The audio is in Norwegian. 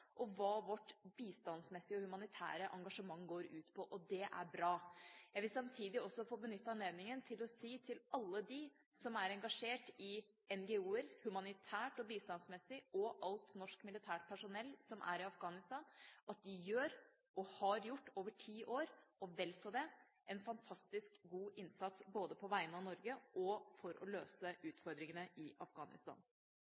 og hva vårt bistandsmessige og humanitære engasjement går ut på, og det er bra. Jeg vil samtidig også få benytte anledningen til å si til alle dem som er engasjert i NGO-er humanitært og bistandsmessig, og til alt norsk militært personell som er i Afghanistan, at de gjør og har gjort – i over ti år og vel så det – en fantastisk god innsats, både på vegne av Norge og for å løse